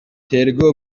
тергөө